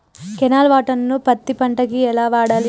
Canal water ను పత్తి పంట కి ఎలా వాడాలి?